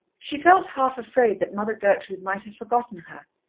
she felt half afraid that mother gertrude might have forgotten her,